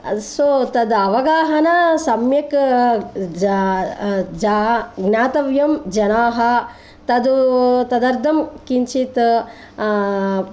सो तद् अवगाहनं सम्यक् जा जा ज्ञातव्यं जनाः तत् तदर्थं किञ्चित्